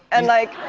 and like